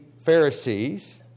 Pharisees